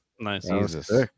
nice